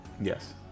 Yes